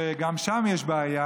שגם שם יש בעיה,